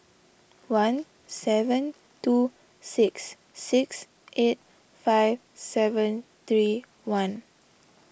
one seven two six six eight five seven three one